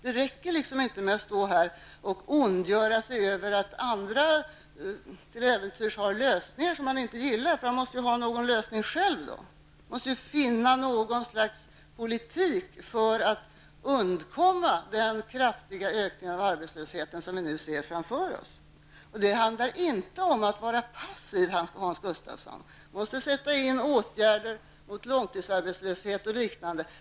Det räcker inte med att stå här och ondgöra sig över att andra till äventyrs har lösningar som man inte gillar. Man måste ju ha någon lösning själv, man måste finna något slags politik för att undkomma den kraftiga ökning av arbetslösheten som vi nu ser framför oss. Det handlar inte om att vara passiv, Hans Gustafsson. Vi måste sätta in åtgärder mot långtidsarbetslöshet osv.